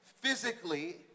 physically